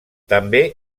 també